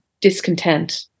discontent